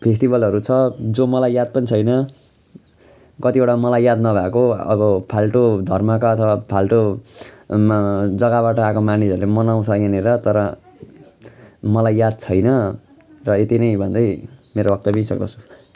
फेस्टिभलहरू छ जो मलाई याद पनि छैन कतिवटा मलाई याद नभएको अब फाल्टो धर्मका अथवा फाल्टोमा जग्गाबाट आएका मानिसहरूले मनाउँछ यहाँनिर तर मलाई याद छैन र यति नै भन्दै मेरो हप्ता बितिसक्दछ